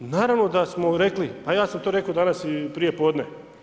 Naravno da smo rekli, pa ja sam to rekao danas i prije podne.